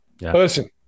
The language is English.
Listen